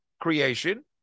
creation